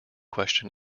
question